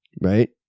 Right